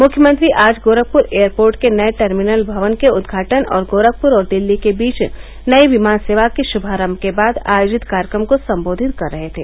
मुख्यमंत्री आज गोरखपुर एयरपोर्ट के नये टर्मिनल भवन के उद्घाटन और गोरखपुर और दिल्ली के बीच नयी विमान सेवा के शुभारम्भ के बाद आयोजित कार्यक्रम को सम्बोधित कर रहे थे